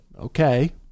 Okay